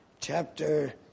chapter